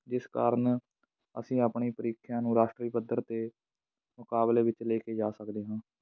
ਜਿਸ ਕਾਰਨ ਅਸੀਂ ਆਪਣੀ ਪ੍ਰੀਖਿਆ ਨੂੰ ਰਾਸ਼ਟਰੀ ਪੱਧਰ ਦੇ ਮੁਕਾਬਲੇ ਵਿੱਚ ਲੈ ਕੇ ਜਾ ਸਕਦੇ ਹਾਂ